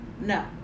No